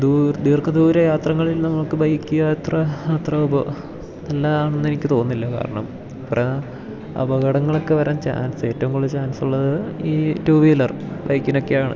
ദീർഘ ദൂര യാത്രങ്ങളിൽ നമുക്ക് ബൈക്ക് യാത്ര അത്ര നല്ലതാണെന്ന് എനിക്ക് തോന്നുന്നില്ല കാരണം അപകടങ്ങളൊക്കെ വരാൻ ചാൻസ് ഏറ്റവും കൂടുതൽ ചാൻസ് ഉള്ളത് ഈ ടു വീലർ ബൈക്കിനൊക്കെയാണ്